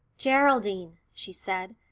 geraldine, she said,